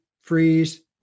freeze